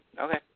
okay